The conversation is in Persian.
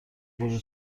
برو